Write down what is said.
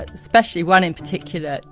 ah especially one in particular,